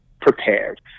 prepared